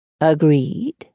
Agreed